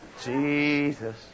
Jesus